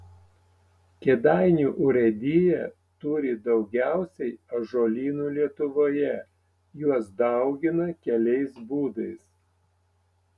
kėdainių urėdija turi daugiausiai ąžuolynų lietuvoje juos daugina keliais būdais